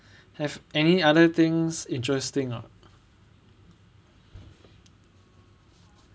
have any other things interesting ah